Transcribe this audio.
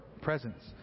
presence